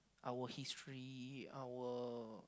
our history our